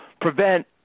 prevent